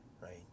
right